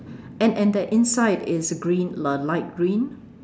and and that inside is green l~ light green